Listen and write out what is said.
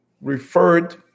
referred